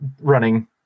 running